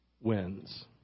wins